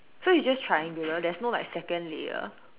so it's just triangular there's no like second layer